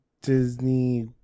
Disney